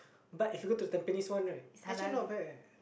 but if you go to the Tampines one right actually not bad leh